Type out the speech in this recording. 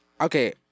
okay –